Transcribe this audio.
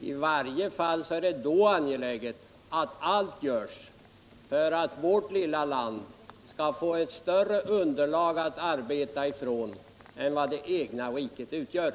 I varje fall är det angeläget att allt görs för att vårt lilla land skall få ett större underlag att arbeta från än det egna riket utgör.